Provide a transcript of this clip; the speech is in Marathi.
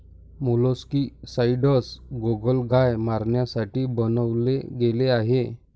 मोलस्कीसाइडस गोगलगाय मारण्यासाठी बनवले गेले आहे